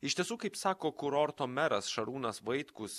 iš tiesų kaip sako kurorto meras šarūnas vaitkus